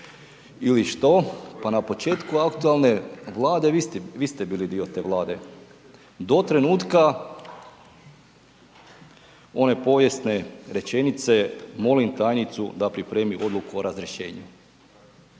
ili što, pa na početku aktualne Vlade vi ste bili dio te Vlade, do trenutka one povijesne rečenice, molim tajnicu da pripremi odluku o razrješenju.